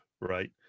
right